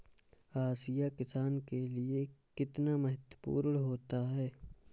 हाशिया किसान के लिए कितना महत्वपूर्ण होता है?